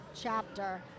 chapter